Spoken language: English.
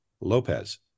Lopez